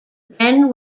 then